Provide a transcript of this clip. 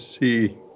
see